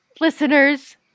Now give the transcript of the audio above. listeners